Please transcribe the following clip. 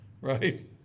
Right